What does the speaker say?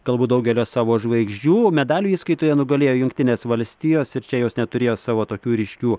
galbūt daugelio savo žvaigždžių medalių įskaitoje nugalėjo jungtinės valstijos ir čia jos neturėjo savo tokių ryškių